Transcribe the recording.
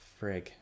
frig